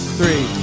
three